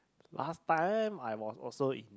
last time I was also in